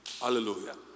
Hallelujah